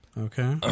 okay